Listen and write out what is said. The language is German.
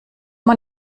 man